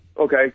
okay